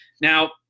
Now